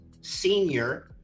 senior